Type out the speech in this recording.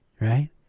right